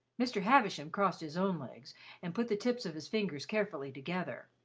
mr. havisham crossed his own legs and put the tips of his fingers carefully together.